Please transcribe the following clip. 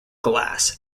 glass